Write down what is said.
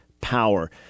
power